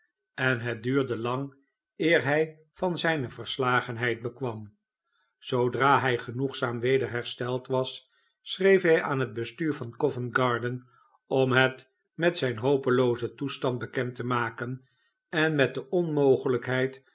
en hetduurde lang eer hij van zijne verslagenheid bekwam zoodra hij genoegzaam weder hersteld was schreef hij aan het bestuur van covent garden om het met zijn hopeloozen toestand bekend te maken en met de onmogelijkheid